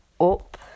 up